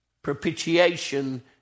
Propitiation